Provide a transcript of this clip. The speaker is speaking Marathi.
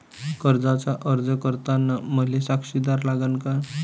कर्जाचा अर्ज करताना मले साक्षीदार लागन का?